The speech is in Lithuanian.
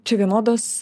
čia vienodos